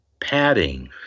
padding